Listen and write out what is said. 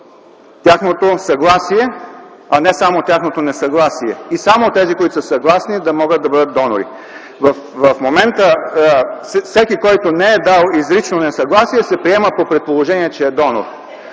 тяхното съгласие, а не само тяхното несъгласие и само тези, които са съгласни, да могат да бъдат донори. В момента всеки, който не е дал изрично несъгласие, се приема по предположение, че е донор,